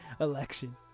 election